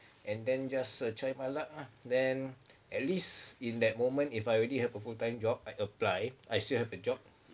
and then just try my luck lah then at least in that moment if I already have a full time job I apply I still have a job